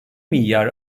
milyar